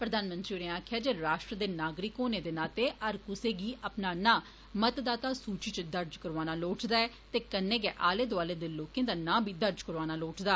प्रधानमंत्री होरें आक्खेआ जे राश्ट्र दे नागरिक होने दे नाते हर कुसै गी अपना ना मतदाता सूचि च दर्ज करौआना लोड़चदा ऐ ते कन्नै गै आले दोआले दे लोकें दा नांऽ बी दर्ज करौआना लोड़चदा